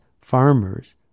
farmers